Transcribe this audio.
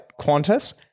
Qantas